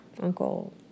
uncle